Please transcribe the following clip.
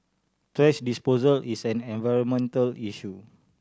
thrash disposal is an environmental issue